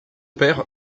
père